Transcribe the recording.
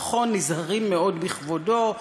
נכון, נזהרים מאוד בכבודו.